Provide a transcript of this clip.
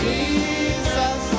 Jesus